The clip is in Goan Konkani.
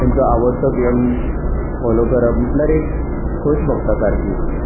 तांचो आवडटो गेम फोलो करप म्हटल्यार एक खोस भोगता सारकी